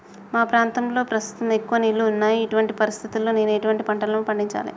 మా ప్రాంతంలో ప్రస్తుతం ఎక్కువ నీళ్లు ఉన్నాయి, ఇటువంటి పరిస్థితిలో నేను ఎటువంటి పంటలను పండించాలే?